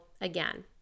again